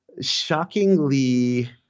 shockingly